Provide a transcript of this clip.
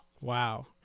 Wow